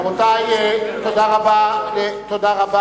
רבותי, תודה רבה.